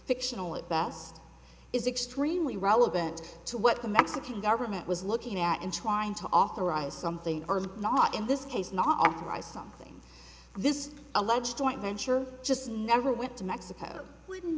fictional at best is extremely relevant to what the mexican government was looking at and trying to authorize something or not in this case not authorized something this alleged joint venture just never went to mexico w